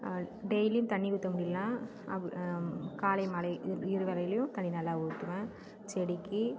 டெய்லியும் தண்ணி ஊற்ற முடியலனா காலை மாலை இரு வேளைலேயும் தண்ணி நல்லா ஊற்றுவேன் செடிக்கு